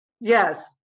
Yes